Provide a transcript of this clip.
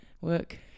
work